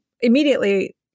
immediately